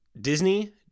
Disney